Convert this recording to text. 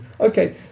Okay